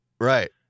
right